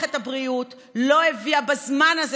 מערכת הבריאות לא הביאה בזמן הזה,